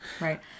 Right